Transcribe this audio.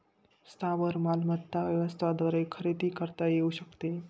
स्थावर मालमत्ता व्यवसायाद्वारे खरेदी करता येऊ शकते